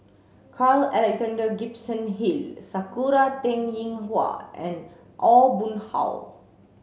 Carl Alexander Gibson Hill Sakura Teng Ying Hua and Aw Boon Haw